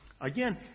again